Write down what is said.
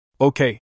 Okay